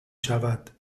شود